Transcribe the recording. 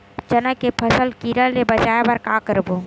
चना के फसल कीरा ले बचाय बर का करबो?